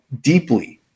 deeply